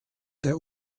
der